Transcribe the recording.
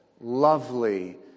lovely